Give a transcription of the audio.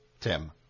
Tim